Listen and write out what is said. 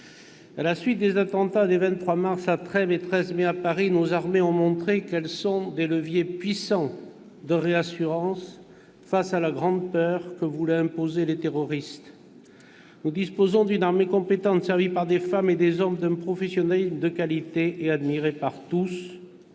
À la suite des attentats des 23 mars, à Trèbes, et 12 mai, à Paris, nos armées ont montré qu'elles sont des leviers puissants de réassurance face à la grande peur que voulaient imposer les terroristes. Nous disposons d'une armée compétente, servie par des femmes et des hommes d'un professionnalisme de qualité et admiré par tous.